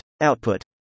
Output